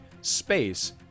space